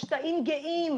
יש תאים גאים,